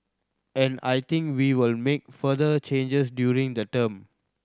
and I think we will make further changes during the term